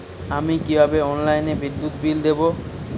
আমি কিভাবে অনলাইনে বিদ্যুৎ বিল দেবো?